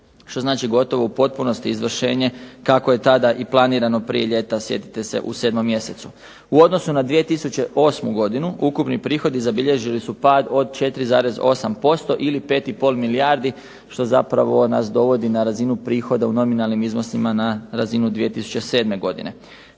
što znači gotovo u potpunosti izvršenje kako je tada i planirano prije ljeta sjetite se u 7. mjesecu. U odnosu na 2008. godinu ukupni prihodi zabilježili su pad od 4,6% ili 5 i pol milijardi što zapravo nas dovodi na razinu prihoda u nominalnim iznosima na razinu 2007. godine.